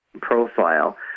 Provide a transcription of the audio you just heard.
profile